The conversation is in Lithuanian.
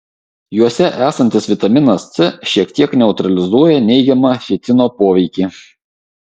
juose esantis vitaminas c šiek tiek neutralizuoja neigiamą fitino poveikį